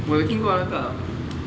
我有听过那个 um